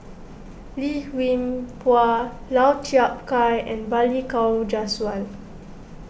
Lim Hwee Hua Lau Chiap Khai and Balli Kaur Jaswal